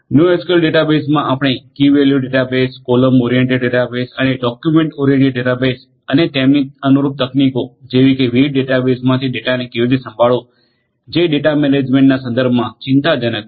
NoSQL ડેટાબેઝસમા આપણે key value database column oriented database અને ડોકયુમેન્ટ ઓરિએન્ટેડ ડેટાબેઝ અને તેમની અનુરૂપ તકનીકો જેવી કે વિવિધ ડેટાબેસેસમાંથી ડેટાને કેવી રીતે સંભાળવું જે ડેટા મેનેજમેન્ટ ના સંદર્ભમાં ચિંતાજનક છે